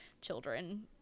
children